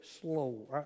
slow